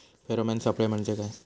Pheromone सापळे म्हंजे काय?